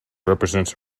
represents